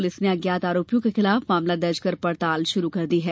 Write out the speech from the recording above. police ने अज्ञात आरोपियों के खिलाफ मामला दर्ज कर पड़ताल शुरू कर दी है